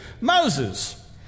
Moses